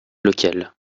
locale